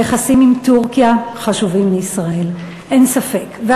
היחסים עם טורקיה חשובים לישראל, אין ספק.